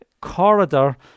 corridor